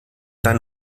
tan